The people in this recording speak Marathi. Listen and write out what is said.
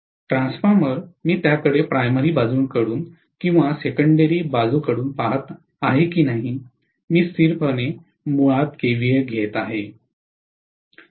ट्रान्सफॉर्मर मी त्याकडे प्राइमरी बाजूंकडून किंवा सेकंडेरी बाजूकडे पहात आहे की नाही मी स्थिरपणे मुळात केव्हीए घेत आहे